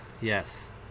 Yes